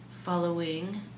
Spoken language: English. following